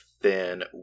thin